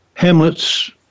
Hamlet's